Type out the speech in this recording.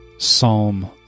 Psalm